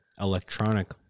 electronic